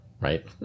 right